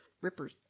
ripper's